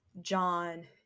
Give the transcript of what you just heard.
John